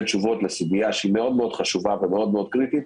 תשובות לסוגיה שהיא מאוד חשובה וקריטית,